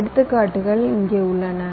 சில எடுத்துக்காட்டுகள் இங்கே உள்ளன